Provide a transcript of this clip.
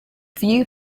view